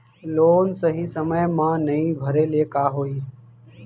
Loan सही समय मा नई भरे ले का होही?